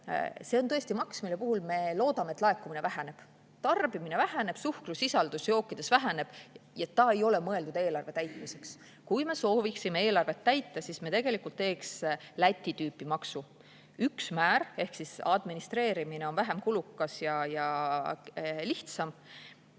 see on tõesti maks, mille puhul me loodame, et laekumine väheneb. Tarbimine väheneb, suhkrusisaldus jookides väheneb. Ja see ei ole mõeldud eelarve täitmiseks. Kui me sooviksime eelarvet täita, siis me teeksime Läti tüüpi maksu: üks määr ehk administreerimine on vähem kulukas ja lihtsam,